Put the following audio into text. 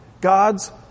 God's